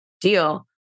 deal